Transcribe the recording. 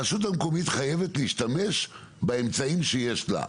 הרשות המקומית חייבת להשתמש באמצעים שיש לה.